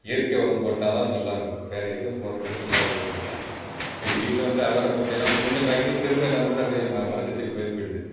இயற்கை உரம் போட்டால்தான் நல்லாயிருக்கும் வேறு எதுவும் போடுறது நல்லா இருக்கிறதில்ல இப்போ வீட்டில் வந்து அவரை மொச்செயெல்லாம் கொஞ்சம் காய்க்குது திரும்ப என்ன பண்ணுது அப்படியே ம மலட்டு செடிமாதிரி போயிடுது